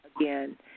again